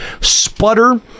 sputter